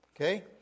Okay